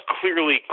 clearly